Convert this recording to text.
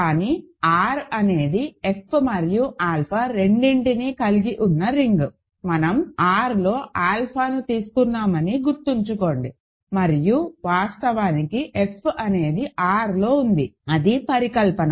కానీ R అనేది F మరియు ఆల్ఫా రెండింటినీ కలిగి ఉన్న రింగ్ మనం R లో ఆల్ఫాను తీసుకున్నామని గుర్తుంచుకోండి మరియు వాస్తవానికి F అనేది R లో ఉంది అది పరికల్పన